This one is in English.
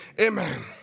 Amen